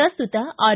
ಪ್ರಸ್ತುತ ಆರ್